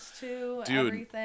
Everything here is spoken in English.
Dude